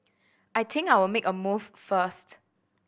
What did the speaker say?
I think I'll make a move first